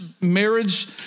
marriage